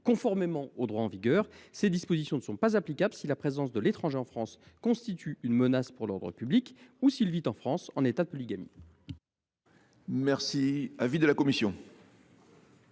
Conformément au droit en vigueur, ces dispositions ne sont pas applicables si la présence de l’étranger en France constitue une menace pour l’ordre public ou s’il vit en France en état de polygamie. Quel est l’avis de la commission